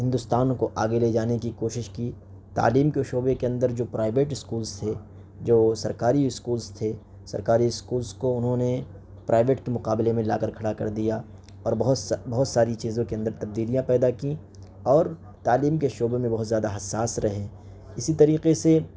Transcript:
ہندوستان کو آگے لے جانے کی کوشش کی تعلیم کے شعبے کے اندر جو پرائیویٹ اسکولز تھے جو سرکاری اسکولز تھے سرکاری اسکولز کو انہوں نے پرائیویٹ کے مقابلے میں لا کر کھڑا کر دیا اور بہت سا بہت ساری چیزوں کے اندر تبدیلیاں پیدا کیں اور تعلیم کے شعبے میں بہت زیادہ حساس رہے اسی طریقے سے